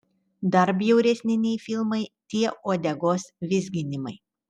dar bjauresni nei filmai tie uodegos vizginimai